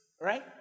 Right